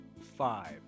Five